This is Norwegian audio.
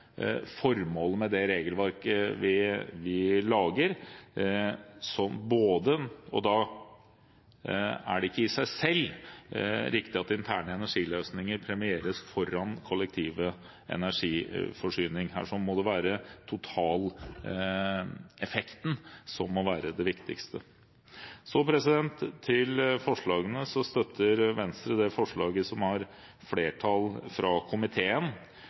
formålet med det regelverket vi lager. Da er det ikke i seg selv riktig at interne energiløsninger premieres foran kollektiv energiforsyning. Her er det totaleffekten som må være det viktigste. Så til forslagene. Venstre er med på det forslaget som har flertall i komiteen,